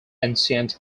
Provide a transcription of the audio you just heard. ancient